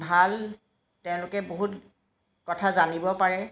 ভাল তেওঁলোকে বহুত কথা জানিব পাৰে